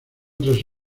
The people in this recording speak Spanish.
tras